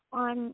on